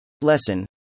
Lesson